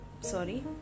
sorry